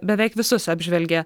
beveik visus apžvelgė